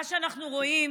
מה שאנחנו רואים